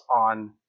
on